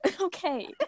okay